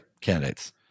candidates